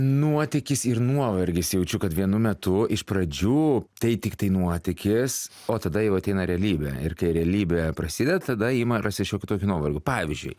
nuotykis ir nuovargis jaučiu kad vienu metu iš pradžių tai tiktai nuotykis o tada jau ateina realybė ir kai realybė prasideda tada ima rastis šiokių tokių nuovargių pavyzdžiui